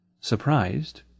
Surprised